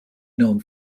known